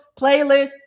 playlist